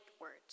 words